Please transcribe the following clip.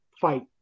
fight